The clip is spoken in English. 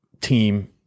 team